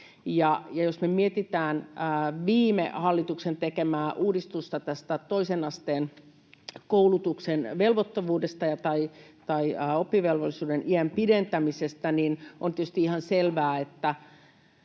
Jos me mietitään viime hallituksen tekemää uudistusta tästä toisen asteen koulutuksen velvoittavuudesta tai oppivelvollisuuden iän pidentämisestä, niin on tietysti ihan selvää, että